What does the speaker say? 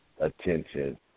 attention